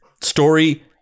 story